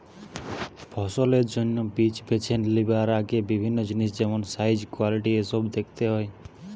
ফসলের জন্যে বীজ বেছে লিবার আগে বিভিন্ন জিনিস যেমন সাইজ, কোয়ালিটি এসোব দেখতে হয়